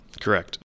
correct